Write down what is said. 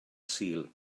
sul